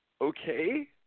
Okay